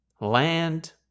land